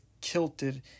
kilted